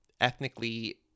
ethnically